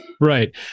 Right